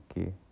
okay